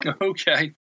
Okay